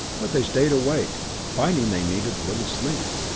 but they stayed awake, finding they needed little sleep,